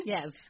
Yes